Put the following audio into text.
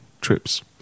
trips